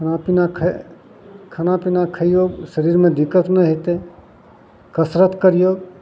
खाना पीना ख खाना पीना खइयौ शरीरमे दिक्कत नहि होयत कसरत करियौ